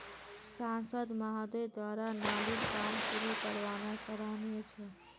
सांसद महोदय द्वारा नालीर काम शुरू करवाना सराहनीय छ